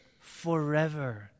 forever